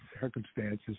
circumstances